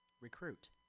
Recruit